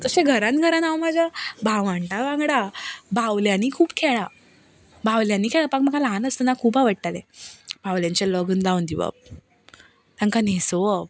तशें घरांत जाल्यार हांव म्हज्या भावडां वांगडा बावल्यांनी खूब खेळ्ळां बावल्यांनी खेळपाक म्हाका ल्हान आसतना खूब आवडटालें बावल्यांची लग्ना दिवप तांकां न्हेसोवप